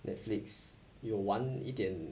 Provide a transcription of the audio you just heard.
netflix 有玩一点